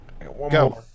Go